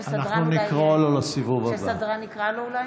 נקרא לו לסיבוב הבא.